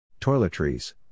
Toiletries